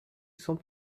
sans